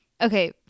Okay